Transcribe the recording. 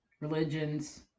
religions